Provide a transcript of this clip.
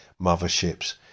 Mothership's